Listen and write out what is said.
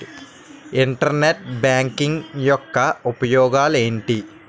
Internet banking యెక్క ఉపయోగాలు ఎంటి?